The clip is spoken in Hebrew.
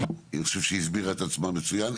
אני חושב שהיא הסבירה את עצמה מצוין,